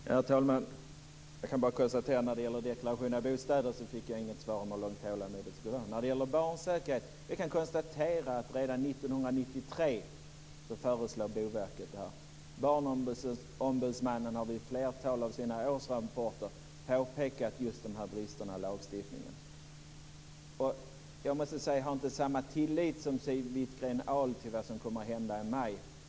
Herr talman! Jag kan bara konstatera att jag när det gäller deklarationen av bostäder inte fick något svar om hur långt tålamodet sträcker sig. Redan 1993 sade Boverket: Barnombudsmannen har vid ett flertal av sina årsrapporter påpekat just de här bristerna i lagstiftningen. Jag måste säga att jag inte har samma tillit som Siw Wittgren-Ahl till vad som kommer att hända i maj.